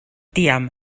tiam